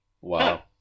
Wow